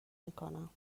میکنم